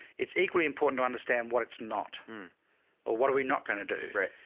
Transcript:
it's equally important to understand what it's not or what are we not going to do. right.